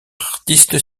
artiste